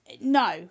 no